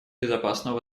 безопасного